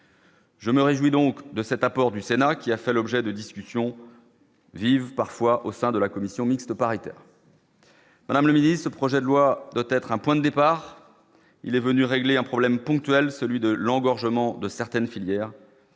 Je me réjouis donc de cet apport du Sénat qui a fait l'objet de discussions vives parfois au sein de la commission mixte paritaire. Madame le Midi, ce projet de loi peut-être un point départ il est venu régler un problème ponctuel, celui de l'engorgement de certaines filières,